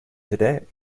today